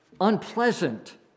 unpleasant